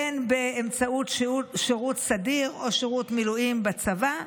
בין באמצעות שירות סדיר או שירות מילואים בצבא,